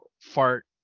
fart